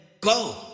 Go